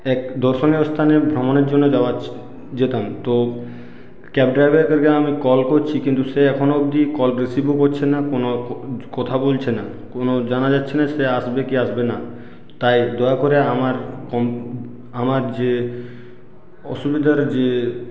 এক দর্শনীয়স্থানে ভ্রমণের জন্য যাওয়ার ছি যেতাম তো ক্যাব ড্রাইভারকে আমি কল করছি কিন্তু সে এখনো অবধি কল রিসিভও করছে না কোনো কথা বলছে না কোনো জানা যাচ্ছে না সে আসবে কি আসবে না তাই দয়া করে আমার আমার যে অসুবিধার যে